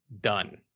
done